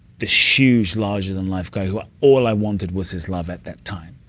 this huge, larger-than-life guy who all i wanted was his love, at that time.